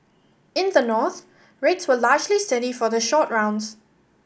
in the North rates were largely steady for the short rounds